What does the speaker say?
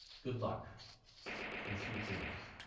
good luck and sweet dreams.